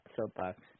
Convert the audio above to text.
soapbox